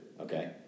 Okay